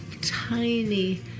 tiny